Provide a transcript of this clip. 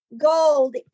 gold